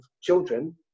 children